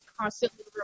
constantly